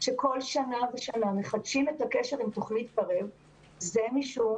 בכל שנה ושנה מחדשים את הקשר עם תוכנית קרב זה משום